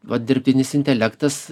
vat dirbtinis intelektas